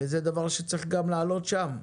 זה דבר שצריך להעלות גם שם.